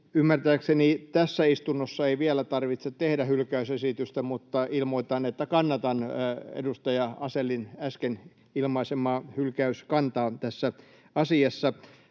Ymmärtääkseni tässä istunnossa ei vielä tarvitse tehdä hylkäysesitystä, mutta ilmoitan, että kannatan edustaja Asellin äsken ilmaisemaa hylkäyskantaa tässä asiassa.